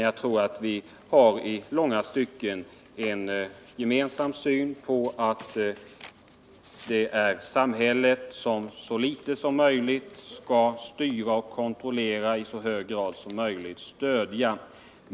Jag tror att vi i långa stycken har en gemensam uppfattning om att samhället så litet som möjligt skall styra och kontrollera, och i så hög grad som möjligt stödja våra folkrörelser av olika slag.